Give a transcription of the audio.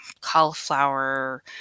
cauliflower